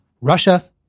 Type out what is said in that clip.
Russia